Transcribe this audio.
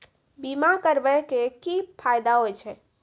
बीमा करबै के की फायदा होय छै?